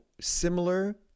similar